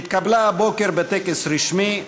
שהתקבלה הבוקר בטקס רשמי,